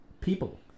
people